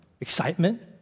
excitement